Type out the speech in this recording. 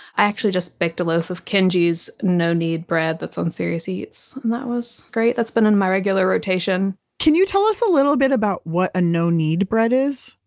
i actually just picked a loaf of kenji's no knead bread that's on serious eats and that was great. that's been in my regular rotation can you tell us a little bit about what a no-knead bread is?